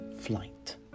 flight